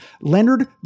Leonard